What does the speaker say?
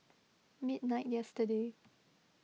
midnight yesterday